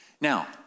Now